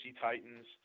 Titans